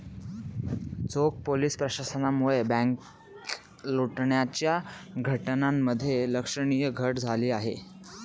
चोख पोलीस प्रशासनामुळे बँक लुटण्याच्या घटनांमध्ये लक्षणीय घट झाली आहे